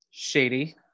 Shady